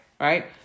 right